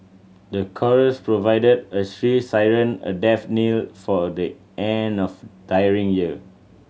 the chorus provided a shrill siren a death knell for a day end of a tiring year